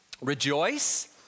Rejoice